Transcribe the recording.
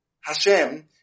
Hashem